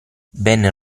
ben